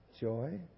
joy